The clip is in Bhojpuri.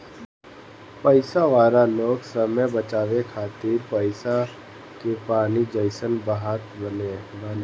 पईसा वाला लोग समय बचावे खातिर पईसा के पानी जइसन बहावत बाने